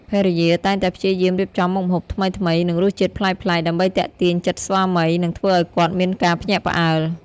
ភរិយាតែងតែព្យាយាមរៀបចំមុខម្ហូបថ្មីៗ និងរសជាតិប្លែកៗ ដើម្បីទាក់ទាញចិត្តស្វាមី និងធ្វើឲ្យគាត់មានការភ្ញាក់ផ្អើល។